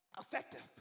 effective